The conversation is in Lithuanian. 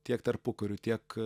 tiek tarpukariu tiek